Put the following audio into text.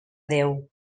déu